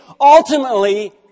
ultimately